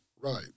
right